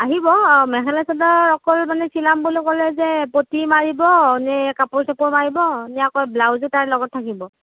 আহিব অঁ মেখেলা চাদৰ অকল মানে চিলাম বুলি ক'লে যে পটি মাৰিব নে কাপোৰ চাপোৰ মাৰিব নে অকল ব্লাউজো তাৰ লগত থাকিব